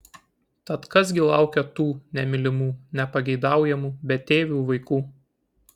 tad kas gi laukia tų nemylimų nepageidaujamų betėvių vaikų